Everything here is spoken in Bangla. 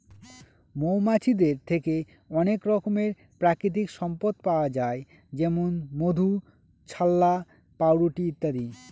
মৌমাছিদের থেকে অনেক রকমের প্রাকৃতিক সম্পদ পাওয়া যায় যেমন মধু, ছাল্লা, পাউরুটি ইত্যাদি